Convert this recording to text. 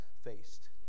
faced